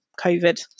COVID